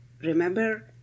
Remember